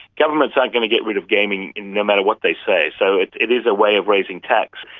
governments aren't going to get rid of gaming, no matter what they say. so it it is a way of raising tax.